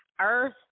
Earth